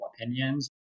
opinions